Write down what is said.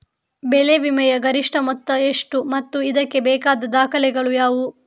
ಬೆಳೆ ವಿಮೆಯ ಗರಿಷ್ಠ ಮೊತ್ತ ಎಷ್ಟು ಮತ್ತು ಇದಕ್ಕೆ ಬೇಕಾದ ದಾಖಲೆಗಳು ಯಾವುವು?